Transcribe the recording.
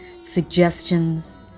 suggestions